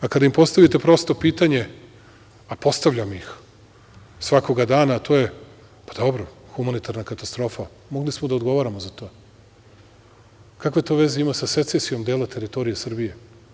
A kad im postavite prosto pitanje, a postavljam ih svakoga dana, to je, pa, dobro, humanitarna katastrofa, mogli smo da odgovaramo za to, kakve to veze ima sa secesijom dela teritorije Srbije?